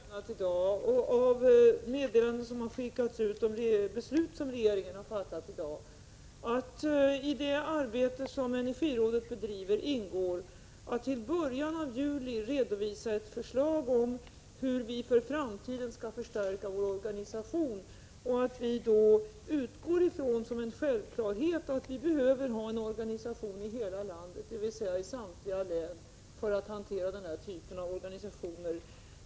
Herr talman! Av andra svar jag har lämnat och av meddelanden som har skickats ut om de beslut som regeringen fattat i dag har det redan framgått att det i Energirådets arbete ingår att till början av juli redovisa ett förslag om hur vi för framtiden skall förstärka vår organisation. Därvid utgår vi ifrån som en självklarhet att vi behöver ha en organisation i hela landet, dvs. i samtliga län, för att hantera den här typen av frågor.